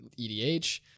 edh